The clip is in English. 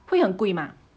会很贵吗